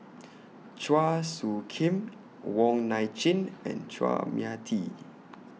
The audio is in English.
Chua Soo Khim Wong Nai Chin and Chua Mia Tee